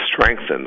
strengthen